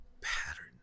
pattern